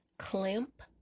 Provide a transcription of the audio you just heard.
Clamp